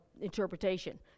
interpretation